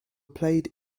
played